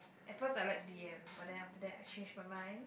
at first I like B_M but then after that I change my mind